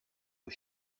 aux